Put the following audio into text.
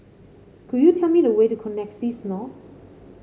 could you tell me the way to Connexis North